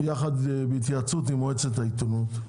בהתייעצות עם מועצת העיתונות.